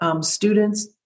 students